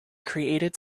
created